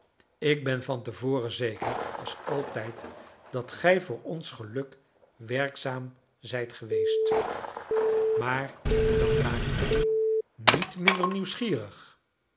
ik ben van te voren zeker als altijd dat gij voor ons geluk werkzaam zijt geweest maar dat maakt mij niet minder nieuwsgierig